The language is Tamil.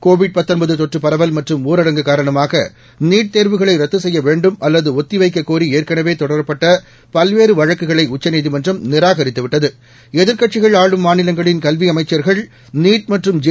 கோவிட் தொற்றுப் பரவல் மற்றும் ஊரடங்கு காரணமாக நீட் தேர்வுகளை ரத்து செய்ய வேண்டும் அல்லது ஒத்தி வைக்கக் கோரி ஏற்கனவே தொடரப்பட்ட பல்வேறு வழக்குகளை உச்சநீதிமன்றம் நிராகரித்து விட்டத எதிர்க்கட்சிகள் ஆளும் மாநிலங்களின் கல்வி அமைச்சர்கள் நீட் மற்றம் ஜே